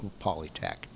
Polytech